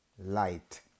Light